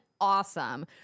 awesome